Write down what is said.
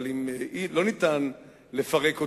אבל אם לא ניתן לפרק אותה,